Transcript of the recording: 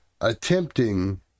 attempting